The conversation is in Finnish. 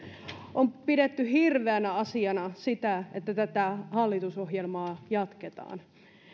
on pidetty hirveänä asiana sitä että tätä hallitusohjelmaa jatketaan